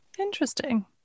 Interesting